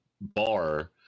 bar